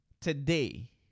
today